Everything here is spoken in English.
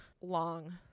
long